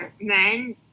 men